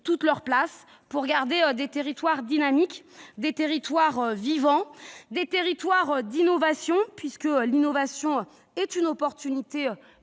toute leur place pour permettre le maintien de territoires dynamique, de territoires vivants, de territoires d'innovation, puisque l'innovation est une opportunité